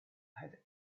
had